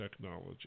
technology